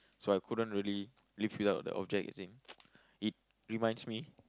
so I couldn't really lift it up the object as in it reminds me